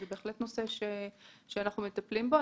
זה נושא שאנחנו מטפלים בו.